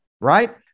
right